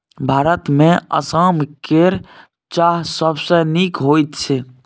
भारतमे आसाम केर चाह सबसँ नीक होइत छै